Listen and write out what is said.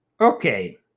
Okay